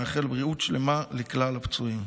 ומאחל בריאות שלמה לכלל הפצועים.